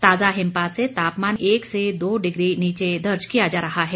ताजा हिमपात से तापमान एक से दो डिग्री नीचे दर्ज किया जा रहा है